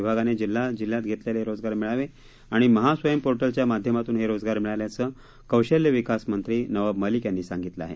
विभागाने जिल्हा जिल्ह्यात घेतलेले रोजगार मेळावे आणि महास्वयंम पोर्टलच्या माध्यमातून हे रोजगार मिळाल्याचं कौशल्य विकास मंत्री नवाब मलिक यांनी सांगितलं आहे